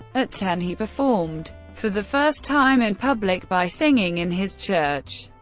at ten, he performed for the first time in public by singing in his church.